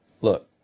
Look